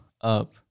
up